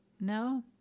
No